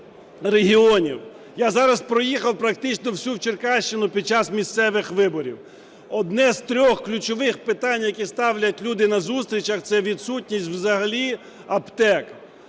Я зараз проїхав практично всю Черкащину під час місцевих виборів, одне з трьох ключових питань, які ставлять люди на зустрічах, це відсутність взагалі аптек.